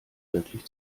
wirklich